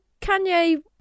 Kanye